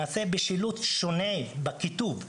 בכיתוב שונה.